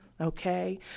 okay